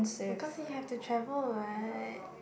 because he have to travel what